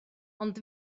ond